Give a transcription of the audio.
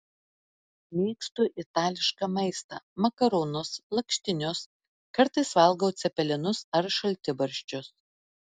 mėgstu itališką maistą makaronus lakštinius kartais valgau cepelinus ar šaltibarščius